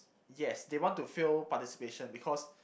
yes they want to fill participation because